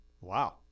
Wow